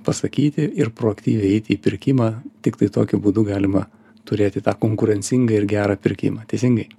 pasakyti ir proaktyviai eiti į pirkimą tiktai tokiu būdu galima turėti tą konkurencingą ir gerą pirkimą teisingai